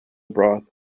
broth